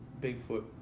Bigfoot